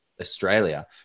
australia